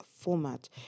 format